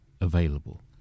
available